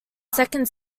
second